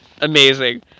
Amazing